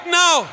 now